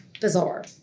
bizarre